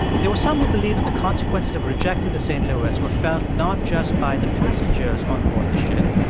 there were some who believe that the consequences of rejecting the st. louis were felt not just by the passengers onboard the ship.